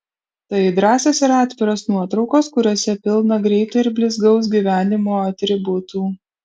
tai drąsios ir atviros nuotraukos kuriose pilna greito ir blizgaus gyvenimo atributų